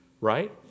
Right